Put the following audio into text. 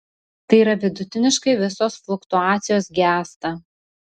tai yra vidutiniškai visos fluktuacijos gęsta